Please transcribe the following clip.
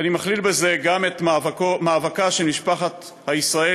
ואני מכליל בזה גם את מאבקה של משפחת הישראלי,